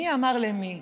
מי אמר למי: